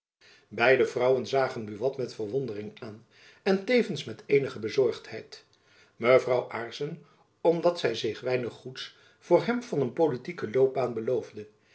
de vrouwen zagen buat met verwondering aan en tevens met eenige bezorgdheid mevrouw aarssen omdat zy zich weinig goeds voor hem van een politieke loopbaan beloofde